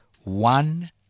one